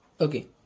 Okay